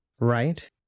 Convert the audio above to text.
Right